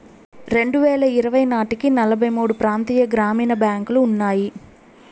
రెండువేల ఇరవై నాటికి నలభై మూడు ప్రాంతీయ గ్రామీణ బ్యాంకులు ఉన్నాయి